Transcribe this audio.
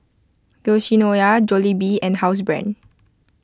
Yoshinoya Jollibee and Housebrand